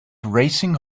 racing